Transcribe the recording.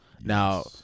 Now